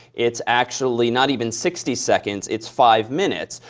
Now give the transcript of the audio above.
it's actually not even sixty seconds. it's five minutes.